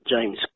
James